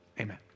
Amen